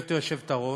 גברתי היושבת-ראש,